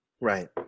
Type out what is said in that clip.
Right